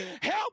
help